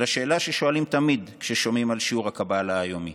ולשאלה ששואלים תמיד כששומעים על שיעור הבוקר היומי: